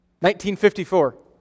1954